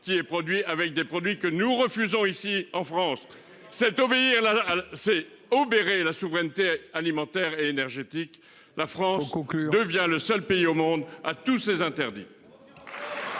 qui est produit avec des produits que nous refusons ici en France cette obéir là c'est obérer la souveraineté alimentaire et énergétique, la France Cook devient le seul pays au monde à tous ces interdits.